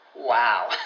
Wow